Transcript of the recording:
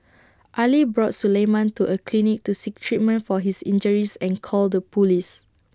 Ali brought Suleiman to A clinic to seek treatment for his injuries and called the Police